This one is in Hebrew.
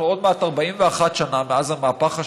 עוד מעט 41 שנה מאז המהפך השלטוני,